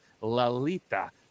Lalita